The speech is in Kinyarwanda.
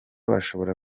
bashobora